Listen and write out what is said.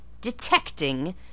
Detecting